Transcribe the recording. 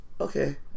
Okay